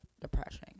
depression